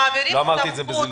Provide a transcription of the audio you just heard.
לא אמרתי את זה בזלזול.